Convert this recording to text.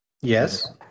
Yes